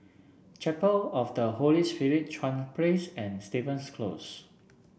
Chapel of the Holy Spirit Chuan Place and Stevens Close